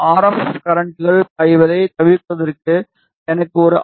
F கரண்ட்கள் பாய்வதைத் தவிர்ப்பதற்கு எனக்கு ஒரு ஆர்